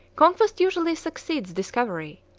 conquest usually succeeds discovery,